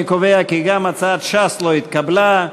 אני קובע כי גם הצעת ש"ס לא התקבלה.